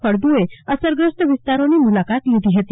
ફળદ્રુએ અસરગ્રસ્ત વિસ્તારોની મુલાકાત લીધી હતી